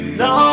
no